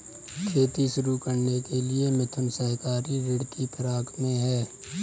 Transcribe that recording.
खेती शुरू करने के लिए मिथुन सहकारी ऋण की फिराक में है